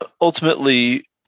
ultimately –